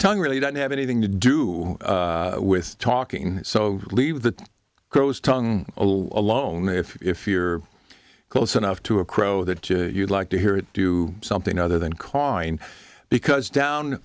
tongue really doesn't have anything to do with talking so leave the crows tongue alone if you're close enough to a crow that you'd like to hear it do something other than cawing because down